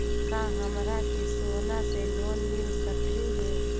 का हमरा के सोना से लोन मिल सकली हे?